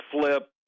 Flip